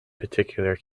particular